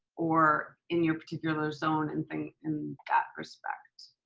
or in your particular zone and think in that respect.